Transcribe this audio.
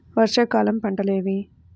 వర్షాకాలం పంటలు ఏవి?